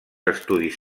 estudis